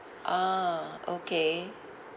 ah okay